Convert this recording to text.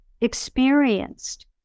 experienced